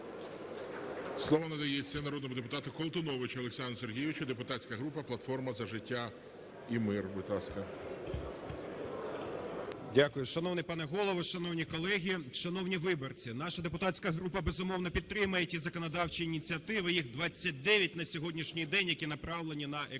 Слово надається народному депутату Колтуновичу Олександру Сергійовичу, депутатська група платформа "За життя і мир". Будь ласка. 12:30:35 КОЛТУНОВИЧ О.С. Дякую. Шановний пане Голово, шановні колеги, шановні виборці! Наша депутатська група, безумовно, підтримає ті законодавчі ініціативи, їх 29 на сьогоднішній день, які направлені на економічний,